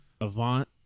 Avant